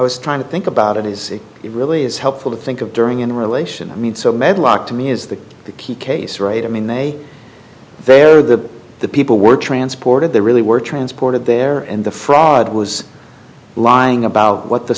was trying to think about it is it really is helpful to think of during in relation i mean so medlock to me is the key case right i mean they vary the the people were transported they really were transported there and the fraud was lying about what the